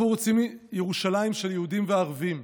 אנחנו רוצים ירושלים של יהודים וערבים,